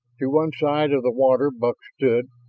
to one side of the water buck stood,